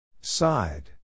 side